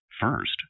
First